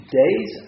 days